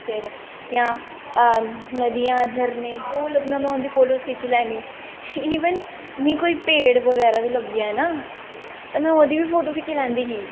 फिर इ'यां नदियां झरने जो लब्भना में उं'दे फोटोज खिच्ची लैनी इवन मिगी कोई पेड़ बी पेड़ बगैरा बी लब्भी जाए ना ते में ओह्दी बी फोटो खिच्ची लैंदी ही